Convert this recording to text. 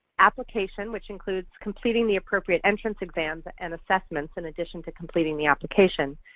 application, which includes completing the appropriate entrance exams and assessments in addition to completing the application,